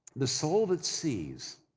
the soul that sees,